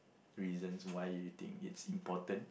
reasons why you think it's important